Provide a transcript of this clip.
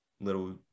little